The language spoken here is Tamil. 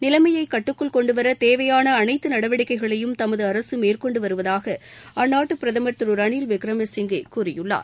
நிலைமையை கட்டுக்குள் கொண்டுவர் தேவையாள் அனைத்து நடவடிக்கைகளையும் தமது அரசு மேற்கொண்டு வருவதாக அந்நாட்டு பிரதமர் திரு ரணில் விக்கிரமசிங்கே கூறியுள்ளார்